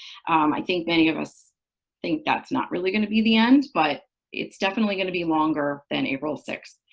i think many of us think that's not really going to be the end, but it's definitely going to be longer than april sixth.